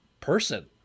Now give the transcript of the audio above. person